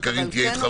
וקארין תהיה אתך